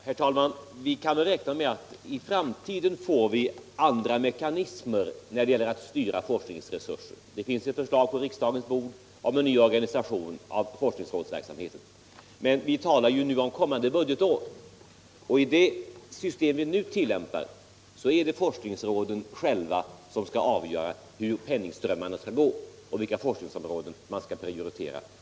Herr talman! Vi kan väl räkna med att i framtiden få andra mekanismer när det gäller att styra forskningsresurser. Det finns ett förslag på riks utbildning och forskning dagens bord om en ny organisation av forskningsrådsverksamheten. Men vi talar ju nu om kommande budgetår. och i det system vi nu tillämpar är det forskningsråden själva som skall avgöra hur penningströmmarna skall gå och vilka forskningsområden som skall prioriteras.